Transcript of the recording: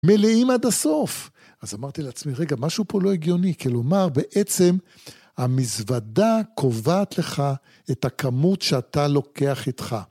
מלאים עד הסוף. אז אמרתי לעצמי, רגע, משהו פה לא הגיוני. כלומר, בעצם המזוודה קובעת לך את הכמות שאתה לוקח איתך.